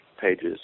pages